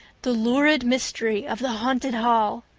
the lurid mystery of the haunted hall.